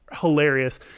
hilarious